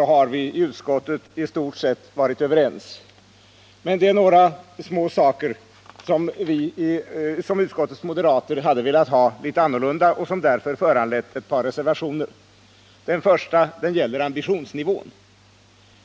har i utskottet i stort sett varit överens om föreliggande förslag, men det är några små saker som utskottets moderater hade velat ha litet annorlunda och som därför har föranlett ett par reservationer. Den första reservationen gäller amibitionsnivån.